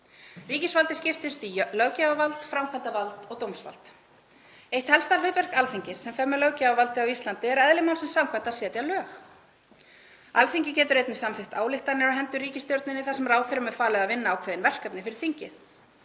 Ríkisvaldið skiptist í löggjafarvald, framkvæmdarvald og dómsvald. Eitt helsta hlutverk Alþingis, sem fer með löggjafarvaldið á Íslandi, er eðli máls samkvæmt að setja lög. Alþingi getur einnig samþykkt ályktanir á hendur ríkisstjórninni þar sem ráðherrum er falið að vinna ákveðin verkefni fyrir þingið